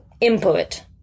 input